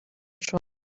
tro